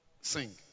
Sing